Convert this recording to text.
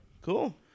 cool